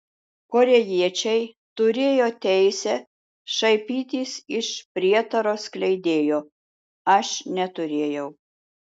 korėjiečiai turėjo teisę šaipytis iš prietaro skleidėjo aš neturėjau